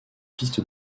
piste